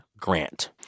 Grant